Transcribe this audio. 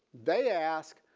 they ask